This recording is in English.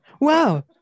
Wow